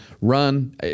run